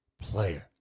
player